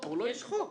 יש חוק.